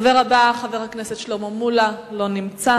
הדובר הבא, חבר הכנסת שלמה מולה, אינו נוכח.